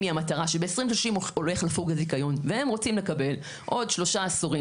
שב-2030 הולך לפוג הזיכיון והם רוצים לקבל עוד שלושה עשורים